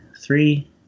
three